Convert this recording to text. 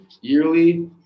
yearly